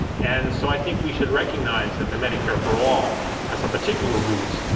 and so i think we should recognize that the medicare for all has some particular roots.